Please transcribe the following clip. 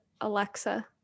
Alexa